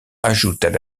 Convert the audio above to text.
ajoutent